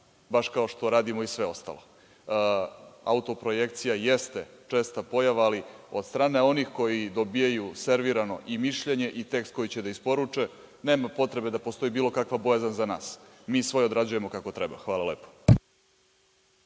baš kao što radimo i sve ostalo. Autoprojekcija jeste česta pojava, ali od strane onih koji dobijaju servirano i mišljenje i tekst koji će da isporuče nema potrebe da postoji bilo kakva bojazan za nas. Mi svoje odrađujemo kako treba. Hvala lepo.